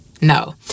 no